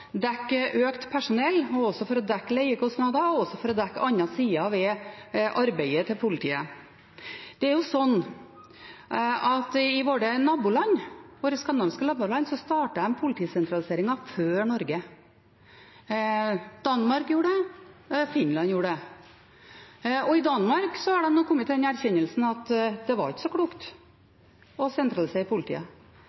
dekke økt personell, for å dekke leiekostnader og for å dekke andre sider ved arbeidet til politiet. I våre naboland startet de politisentraliseringen før Norge. Danmark gjorde det, Finland gjorde det. I Danmark har de nå kommet til den erkjennelsen at det ikke var så klokt